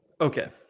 Okay